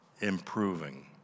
improving